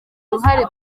uruhare